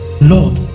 Lord